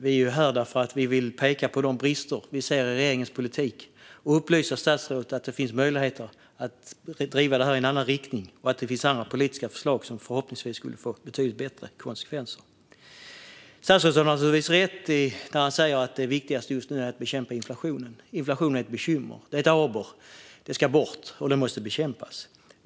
Vi är här för att vi vill peka på de brister vi ser i regeringens politik och upplysa statsrådet om att det finns möjligheter att driva detta i en annan riktning och att det finns andra politiska förslag som förhoppningsvis skulle få betydligt bättre konsekvenser. Statsrådet har naturligtvis rätt när han säger att det viktigaste i dag är att bekämpa inflationen. Inflationen är ett bekymmer, ett aber. Det ska bort, och det måste bekämpas.